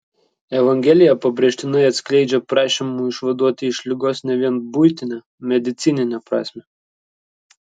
evangelija pabrėžtinai atskleidžia prašymų išvaduoti iš ligos ne vien buitinę medicininę prasmę